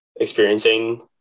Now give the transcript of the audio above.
experiencing